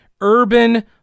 urban